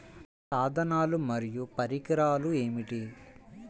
సాధనాలు మరియు పరికరాలు ఏమిటీ?